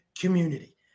community